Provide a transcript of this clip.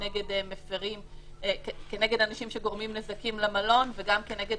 כנגד אנשים שגורמים נזקים למלון וגם כנגד